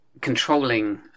controlling